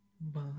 bye